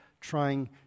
trying